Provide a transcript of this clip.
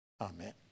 Amen